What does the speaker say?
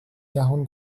جهان